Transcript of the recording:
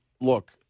look